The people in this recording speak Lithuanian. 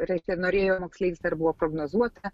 reiškia norėjo moksleivis dar buvo prognozuota